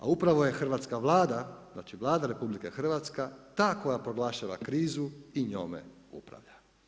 A upravo je Hrvatska Vlada, znači Vlada RH ta koja proglašava krizu i njome upravlja.